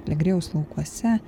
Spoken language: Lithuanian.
legrėjaus laukuose